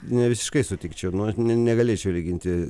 nevisiškai sutikčiau nu negalėčiau lyginti